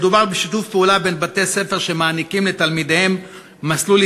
מדובר בשיתוף פעולה בין בתי-ספר שמעניקים לתלמידיהם מסלול